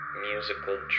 musical